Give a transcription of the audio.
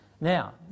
Now